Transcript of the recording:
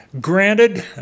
granted